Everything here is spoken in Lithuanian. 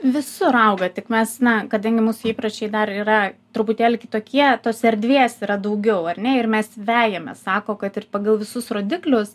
visur auga tik mes na kadangi mūsų įpročiai dar yra truputėlį kitokie tos erdvės yra daugiau ar ne ir mes vejamės sako kad ir pagal visus rodiklius